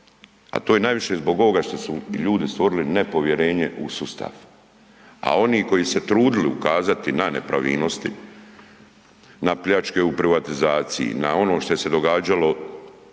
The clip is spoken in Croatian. a to je najviše zbog ovoga što su ljudi stvorili nepovjerenje u sustav, a oni koji su se trudili ukazati na nepravilnosti, na pljačke u privatizaciji, na ono što je se događalo